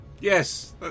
Yes